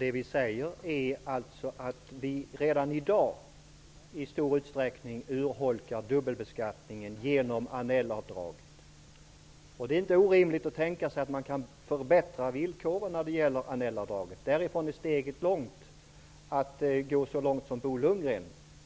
Herr talman! Redan i dag urholkas i stor utsträckning dubbelbeskattningen genom Annellavdraget. Det är inte orimligt att tänka sig att man kan förbättra villkoren när det gäller Annellavdraget. Men därifrån är steget långt till att gå så långt som Bo Lundgren